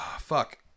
Fuck